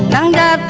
and